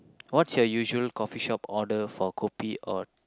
what's your usual coffee shop order for kopi or